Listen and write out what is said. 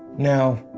now,